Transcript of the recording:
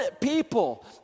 people